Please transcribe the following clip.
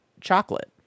chocolate